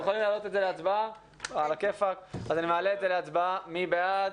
הצבעה בעד